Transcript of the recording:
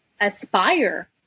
aspire